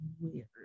weird